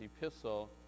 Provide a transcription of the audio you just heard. epistle